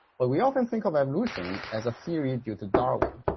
but we often think of evolution as a theory due to darwin.